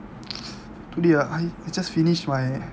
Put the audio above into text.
today ah I just finished my